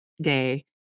day